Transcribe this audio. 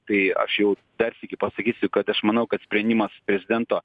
tai aš jau dar sykį pasakysiu kad aš manau kad sprendimas prezidento